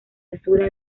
altura